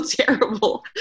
terrible